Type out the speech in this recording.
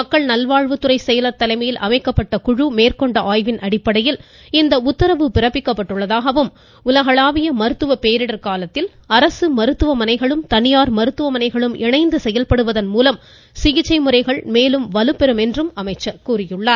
மக்கள் நல்வாழ்வுத்துறை செயலர் தலைமையில் அமைக்கப்பட்ட குழு மேற்கொண்ட ஆய்வின் அடிப்படையில் இந்த உத்தரவு பிறப்பிக்கப்பட்டுள்ளதாகவும் உலகளாவிய மருத்துவ பேரிடர் காலத்தில் அரசு மருத்துவமனைகளும் தனியார் மருத்துவமனைகளும் இணைந்து செயல்படுவதன் மூலம் சிகிச்சை முறைகள் மேலும் வலுப்பெறும் என்றும் அவர் கூறியுள்ளார்